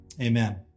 amen